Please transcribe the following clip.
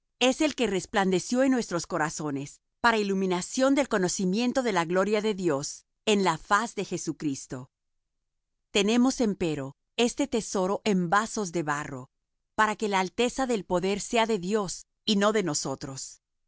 es el que resplandeció en nuestros corazones para iluminación del conocimiento de la gloria de dios en la faz de jesucristo tenemos empero este tesoro en vasos de barro para que la alteza del poder sea de dios y no de nosotros